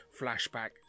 Flashback